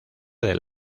del